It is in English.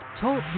Talk